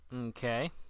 Okay